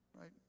right